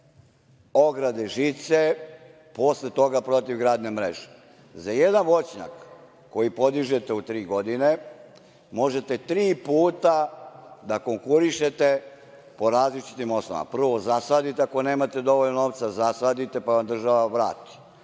ograde i žice, posle toga protivgradne mreže.Za jedan voćnjak koji podižete u tri godine možete tri puta da konkurišete po različitim osnovama. Prvo, zasadite ako nemate dovoljno novca, zasadite pa vam država vrati,